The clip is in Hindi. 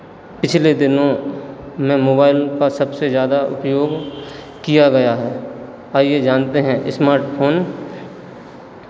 पिछले दिनों में मोबाइल का सबसे ज़्यादा उपयोग किया गया है आइए जानते हैं स्मार्ट फोन